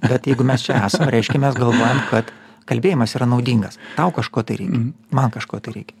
bet jeigu mes čia esam reiškia mes galvojam kad kalbėjimas yra naudingas tau kažko tai reikia man kažko tai reikia